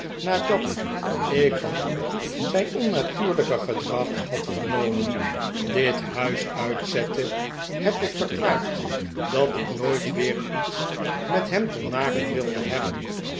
nadat ik van u zijn onnatuurlijke gedrag had vernomen dit huis uitzette heb ik verklaard dat ik nooit weer iets met hem te maken wilde hebben